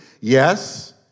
Yes